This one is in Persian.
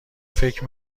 فکر